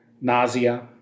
nausea